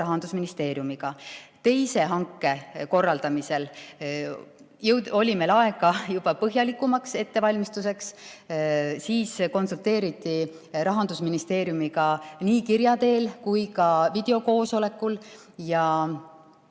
Rahandusministeeriumiga. Teise hanke korraldamisel oli meil aega juba põhjalikumaks ettevalmistuseks. Siis konsulteeriti Rahandusministeeriumiga nii kirja teel kui ka videokoosolekul ja